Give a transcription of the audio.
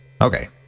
Okay